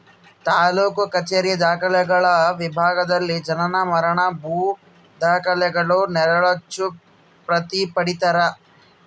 ತಾಲೂಕು ಕಛೇರಿಯ ದಾಖಲೆಗಳ ವಿಭಾಗದಲ್ಲಿ ಜನನ ಮರಣ ಭೂ ದಾಖಲೆಗಳ ನೆರಳಚ್ಚು ಪ್ರತಿ ಪಡೀತರ